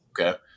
Okay